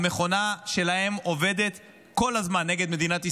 המכונה שלהם עובדת כל הזמן נגד מדינת ישראל.